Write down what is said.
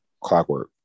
clockwork